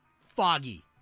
foggy